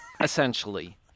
essentially